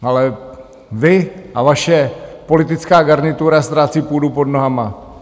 Ale vy a vaše politická garnitura ztrácí půdu pod nohama.